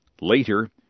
Later